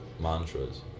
mantras